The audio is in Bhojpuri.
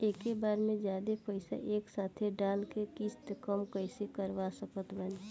एके बार मे जादे पईसा एके साथे डाल के किश्त कम कैसे करवा सकत बानी?